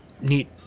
neat